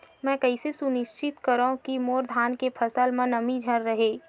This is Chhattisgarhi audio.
मैं कइसे सुनिश्चित करव कि मोर धान के फसल म नमी झन रहे?